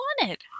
wanted